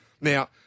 Now